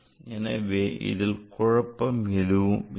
எனவே இதில் குழப்பம் எதுவும் இல்லை